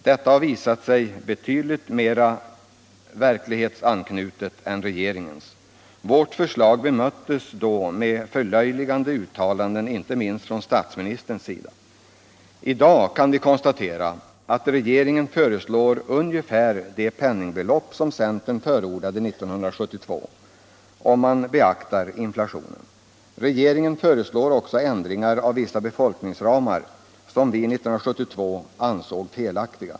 Detta har visat sig betydligt mera verklighetsanknutet än regeringens. Vårt förslag bemöttes då med förlöjligande uttalanden, inte minst från statsministern. I dag kan vi konstatera att regeringen föreslår ungefär det penningbelopp som centern förordade 1972, om man beaktar inflationen. Regeringen föreslår också ändringar av vissa befolkningsramar, som vi 1972 ansåg felaktiga.